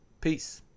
peace